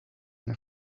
una